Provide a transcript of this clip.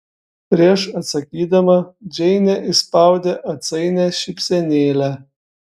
prieš atsakydama džeinė išspaudė atsainią šypsenėlę